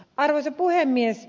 arvoisa puhemies